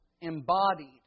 embodied